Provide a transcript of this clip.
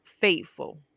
faithful